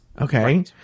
Okay